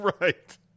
Right